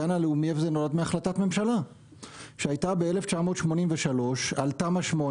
הגן הלאומי הזה נולד מהחלטת ממשלה ב-1983 על תמ"א 8,